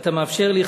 שאתה מאפשר לי.